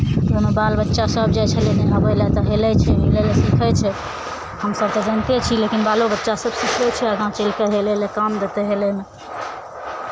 ओहिमे बाल बच्चासभ जाइ छलै नहबय लए तऽ हेलै छै हेलय लए सीखै छै हमसभ तऽ जानिते छी लेकिन बालो बच्चासभ सीखै छै आगाँ चलि कऽ हेलय लए काम देतै हेलयमे